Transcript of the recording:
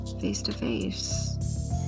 face-to-face